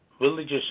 religious